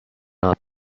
not